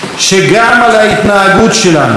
שגם על ההתנהגות שלנו,